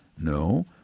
No